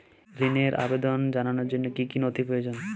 ঋনের আবেদন জানানোর জন্য কী কী নথি প্রয়োজন?